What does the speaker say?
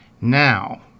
Now